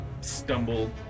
stumble